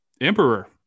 Emperor